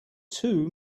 too